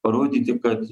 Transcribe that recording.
parodyti kad